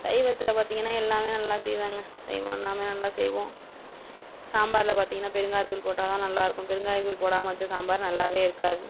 சைவத்தில் பார்த்திங்கனா எல்லாமே நல்லா செய்வேங்க சைவம் எல்லாமே நல்லா செய்வோம் சாம்பாரில் பார்த்திங்கன்னா பெருங்காயத்தூள் போட்டால்தான் நல்லாயிருக்கும் பெருங்காயத்தூள் போடாமல் வைச்ச சாம்பார் நல்லாவே இருக்காது